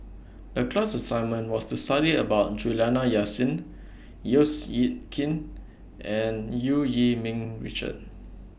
The class assignment was to study about Juliana Yasin Seow Yit Kin and EU Yee Ming Richard